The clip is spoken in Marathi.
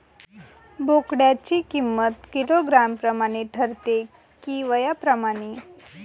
बोकडाची किंमत किलोग्रॅम प्रमाणे ठरते कि वयाप्रमाणे?